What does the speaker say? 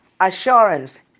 Assurance